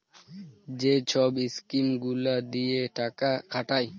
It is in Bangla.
যে ছব ইস্কিম গুলা দিঁয়ে টাকা খাটায়